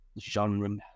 genre